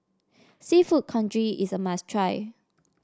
seafood Congee is a must try